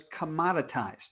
commoditized